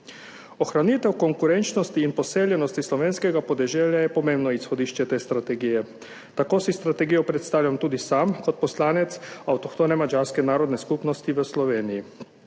Ohranitev konkurenčnosti in poseljenosti slovenskega podeželja je pomembno izhodišče te strategije. Tako si strategijo predstavljam tudi sam kot poslanec avtohtone madžarske narodne skupnosti v Sloveniji.